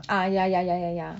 ah ya ya ya ya ya